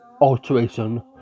alteration